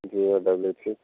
zero double eight six